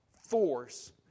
force